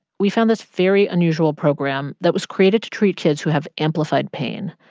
we found this very unusual program that was created to treat kids who have amplified pain,